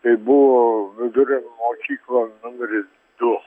tai buvo viduri mokykla numeris du